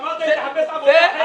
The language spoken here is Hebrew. אמרת לי לחפש עבודה אחרת.